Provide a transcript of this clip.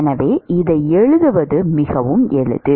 எனவே இதை எழுதுவது மிகவும் எளிது